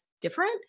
different